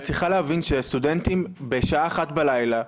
את צריכה להבין שהסטודנטים בשעה אחת בלילה,